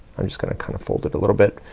i'm just gonna kind of fold it a little bit.